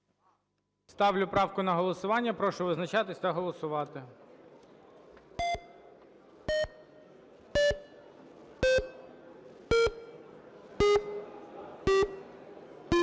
Ставлю правку на голосування. Прошу визначатись та голосувати.